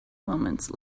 moments